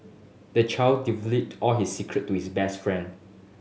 the child divulged all his secret to his best friend